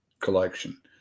collection